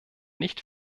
nicht